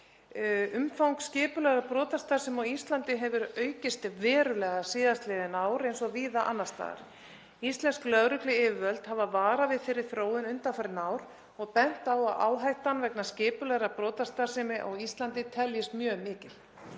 Umfang skipulagðrar brotastarfsemi á Íslandi hefur aukist verulega síðastliðin ár eins og víða annars staðar. Íslensk lögregluyfirvöld hafa varað við þeirri þróun undanfarin ár og bent á að áhættan vegna skipulagðrar brotastarfsemi á Íslandi teljist mjög mikil.